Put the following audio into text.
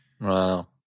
Wow